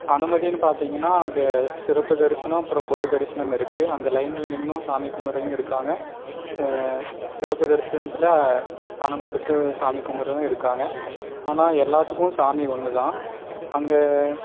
அனுமதின்னு பார்த்தீங்கன்னா அந்த சிறப்பு தரிசனம் அப்புறோம் பொது தரிசனம் இருக்குது அங்கே லைன்ல நின்றும் சாமி கும்பிட்றவைங்க இருக்காங்கள் ச சிறப்பு தரிசனத்தில் பணம் கொடுத்து சாமி கும்பிட்றவங்க இருக்காங்கள் ஆனால் எல்லாத்துக்கும் சாமி ஒன்று தான் அங்கே